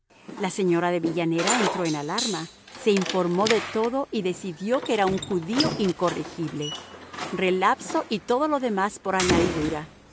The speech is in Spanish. la señora de villanera entró en alarma se informó de todo y decidió que era un judío incorregible relapso y todo lo demás por añadidura